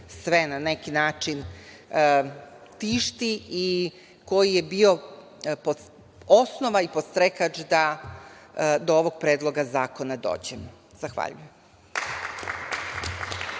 sve na neki način tišti i koji je bio osnova i podstrakač da do ovog Predloga zakona dođemo. Zahvaljujem.